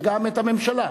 וגם את הממשלה,